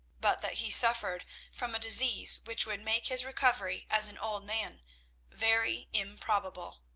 but that he suffered from a disease which would make his recovery as an old man very improbable.